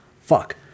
Fuck